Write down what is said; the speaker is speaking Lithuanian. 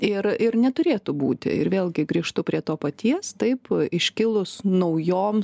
ir ir neturėtų būti ir vėlgi grįžtu prie to paties taip iškilus naujoms